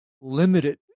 limited